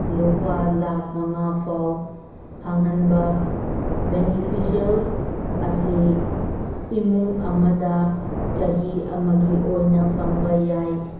ꯂꯨꯄꯥ ꯂꯥꯛ ꯃꯉꯥ ꯐꯥꯎ ꯐꯪꯍꯟꯕ ꯕꯦꯅꯤꯐꯤꯁꯦꯜ ꯑꯁꯤ ꯏꯃꯨꯡ ꯑꯃꯗ ꯆꯍꯤ ꯑꯃꯒꯤ ꯑꯣꯏꯅ ꯐꯪꯕ ꯌꯥꯏ